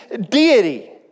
deity